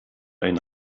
ein